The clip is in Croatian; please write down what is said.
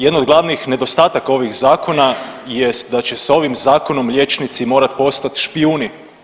Jedan od glavnih nedostataka ovih zakona jest da će s ovim zakonom liječnici morati postati špijuni.